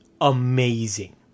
amazing